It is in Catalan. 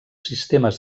sistemes